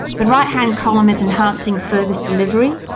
the right-hand column is enhancing service delivery,